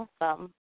Awesome